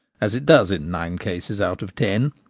as it does in nine cases out of ten.